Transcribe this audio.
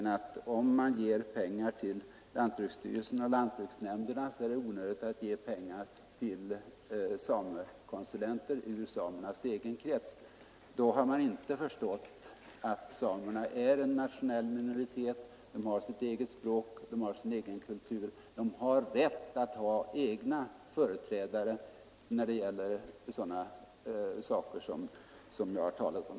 Han säger: Om man ger pengar till lantbruksstyrelsen och lantbruksnämnderna, är det onödigt att ge pengar till samekonsulenter ur samernas egen krets. Men då har man inte förstått alls att samerna är en nationell minoritet; de har sitt eget språk, de har sin egen kultur. De har rätt att ha sina egna företrädare när det gäller de saker vi tidigare här talat om.